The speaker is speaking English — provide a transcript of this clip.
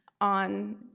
on